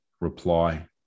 reply